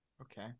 Okay